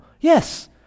Yes